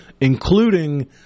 including